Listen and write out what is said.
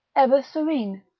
ever serene.